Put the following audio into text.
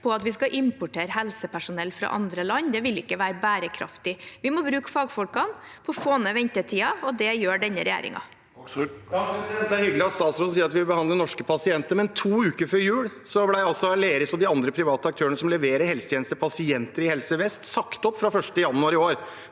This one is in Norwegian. at vi skal importere helsepersonell fra andre land. Det vil ikke være bærekraftig. Vi må bruke fagfolkene og få ned ventetiden, og det gjør denne regjeringen. Bård Hoksrud (FrP) Det er hyggelig at statsråden sier at vi vil behandle norske pasienter, men to uker før jul ble altså Aleris og de andre private aktørene som leverer helsetjenester til pasienter i Helse Vest, sagt opp fra 1. januar i år.